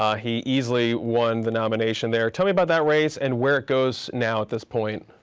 ah he easily won the nomination there. tell me about that race and where it goes now at this point.